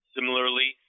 Similarly